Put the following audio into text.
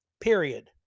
Period